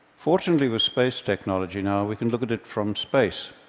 fortunately, with space technology now, we can look at it from space,